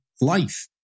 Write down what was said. life